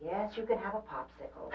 yes you can have a popsicle